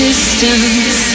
Distance